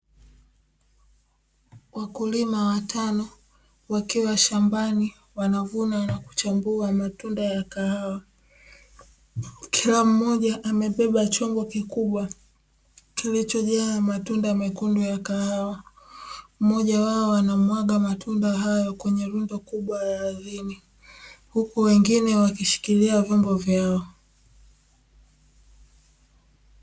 Wakulima watano wakiwa shambani wanavuna na kuchambua matunda ya kahawa kila mmoja amebeba chombo kikubwa kilichojaa matunda mekundu ya kahawa, mmoja wao anamwaga matunda hayo kwenye lundo kubwa la ardhini huku wengine wakishikilia vyombo vyao.